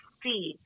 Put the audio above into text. see